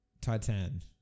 Titan